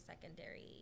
secondary